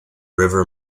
river